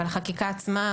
אבל החקיקה עצמה,